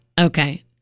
Okay